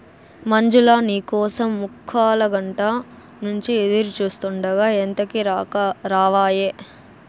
మంజులా, నీ కోసం ముక్కాలగంట నుంచి ఎదురుచూస్తాండా ఎంతకీ రావాయే